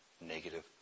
negative